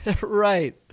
Right